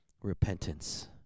repentance